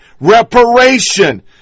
Reparation